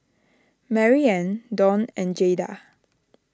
Maryanne Donn and Jaeda